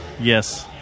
Yes